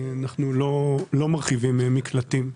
אנחנו לא מרחיבים מקלטים.